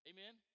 Amen